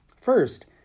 First